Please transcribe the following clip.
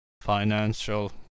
financial